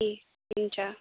ए हुन्छ